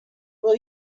will